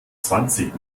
zwanzig